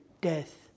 death